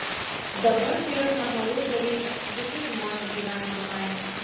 dabar tai yra normalus dalykas visi žmonės gyvena online